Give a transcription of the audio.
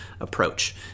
approach